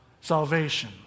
Salvation